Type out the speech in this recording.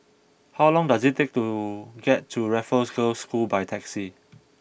how long does it take to get to Raffles Girls' School by taxi